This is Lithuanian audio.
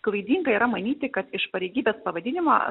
klaidinga yra manyti kad iš pareigybės pavadinimo